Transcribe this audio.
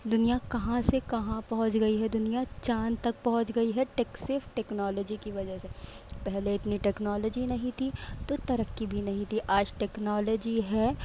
دنیا کہاں سے کہاں پہنچ گئی ہے دنیا چاند تک پہنچ گئی ہے ٹیک صرف ٹیکنالوجی کی وجہ سے پہلے اتنی ٹیکنالوجی نہیں تھی تو ترقی بھی نہیں تھی آج ٹیکنالوجی ہے